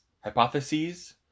hypotheses